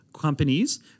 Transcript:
companies